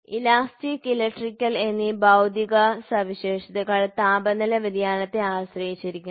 elastic electrical എന്നീ ഭൌതിക സവിശേഷതകൾ താപനില വ്യതിയാനത്തെ ആശ്രയിച്ചിരിക്കുന്നു